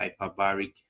hyperbaric